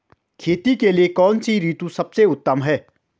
खेती के लिए कौन सी ऋतु सबसे उत्तम है?